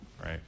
right